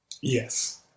Yes